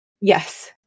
Yes